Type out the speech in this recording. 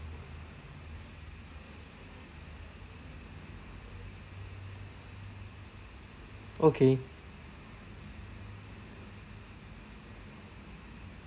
okay